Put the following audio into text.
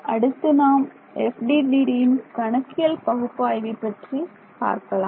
அடுத்து நாம் FDTDயின் கணக்கியல் பகுப்பாய்வை பற்றி பார்க்கலாம்